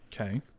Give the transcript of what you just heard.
Okay